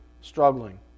struggling